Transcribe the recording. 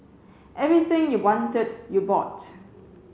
everything you wanted you bought